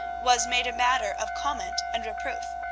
was made a matter of comment and reproof,